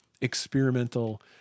experimental